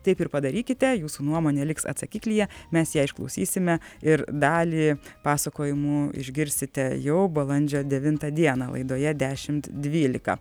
taip ir padarykite jūsų nuomonė liks atsakiklyje mes ją išklausysime ir dalį pasakojimų išgirsite jau balandžio devintą dieną laidoje dešimt dvylika